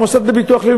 המוסד לביטוח לאומי,